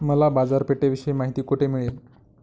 मला बाजारपेठेविषयी माहिती कोठे मिळेल?